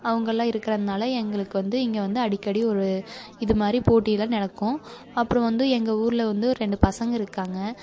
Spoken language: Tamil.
அவங்கள்லாம் இருக்கிறதுனால எங்களுக்கு வந்து இங்கே வந்து அடிக்கடி ஒரு இதுமாதிரி போட்டி எல்லாம் நடக்கும் அப்புறம் வந்து எங்கள் ஊரில் வந்து ஒரு ரெண்டு பசங்கள் இருக்காங்க